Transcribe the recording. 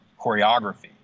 choreography